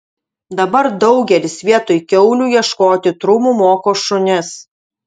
dabar daugelis vietoj kiaulių ieškoti trumų moko šunis